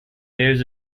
bears